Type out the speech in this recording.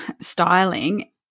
styling